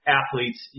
athletes